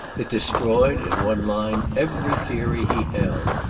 it destroyed, in one line, every theory he held.